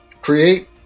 create